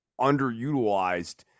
underutilized